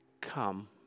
Come